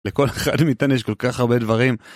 לכל אחד מאיתנו יש כל כך הרבה דברים.